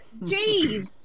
Jeez